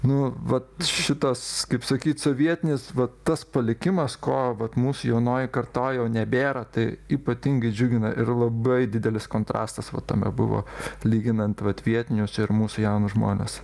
nu va šitas kaip sakyt sovietinis va tas palikimas ko vat mūsų jaunoj kartoj jau nebėra tai ypatingai džiugina ir labai didelis kontrastas va tame buvo lyginant vat vietinius ir mūsų jaunus žmones